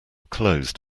closed